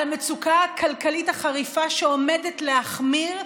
על המצוקה הכלכלית החריפה שעומדת להחמיר?